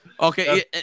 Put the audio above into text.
Okay